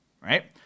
right